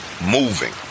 moving